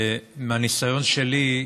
מהניסיון שלי,